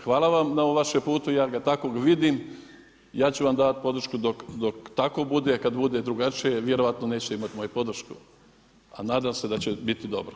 Hvala vam na ovom vašem putu, ja ga takvog vidim, ja ću vam davati podršku dok tako bude, kada bude drugačije, vjerojatno nećete imati moju podršku, a nadam se da će biti dobro.